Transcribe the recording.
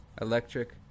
electric